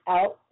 Out